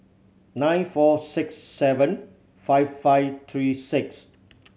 nine four six seven five five three six